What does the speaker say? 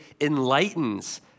enlightens